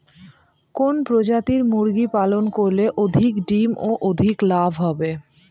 কোন প্রজাতির মুরগি পালন করলে অধিক ডিম ও অধিক লাভ হবে?